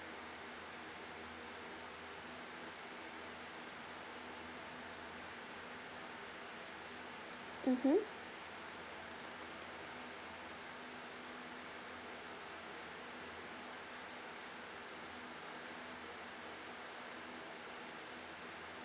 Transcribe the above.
mmhmm